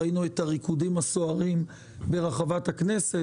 ראינו את הריקודים הסוערים ברחבת הכנסת.